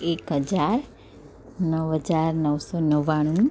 એક હજાર નવ હજાર નવસો નવ્વાણું